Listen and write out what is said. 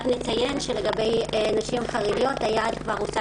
רק נציין שלגבי נשים חרדיות היעד הושג